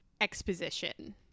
exposition